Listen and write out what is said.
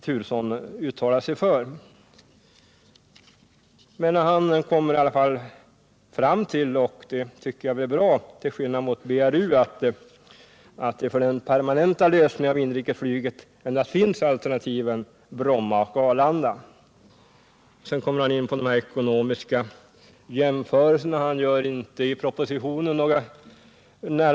Till skillnad från BRU kom också statsrådet fram till — och det tycker jag är bra — att det för den permanenta lösningen i vad gäller inrikesflyget endast finns alternativen Bromma och Arlanda. Statsrådet kom också in på olika ekonomiska jämförelser som han inte tagit upp i propositionen.